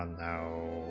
um now